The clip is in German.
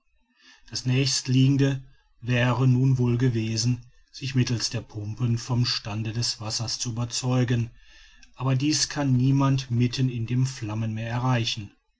das nächstliegende wäre nun wohl gewesen sich mittels der pumpen vom stande des wassers zu überzeugen aber diese kann niemand mitten in dem flammenmeer erreichen